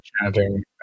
chanting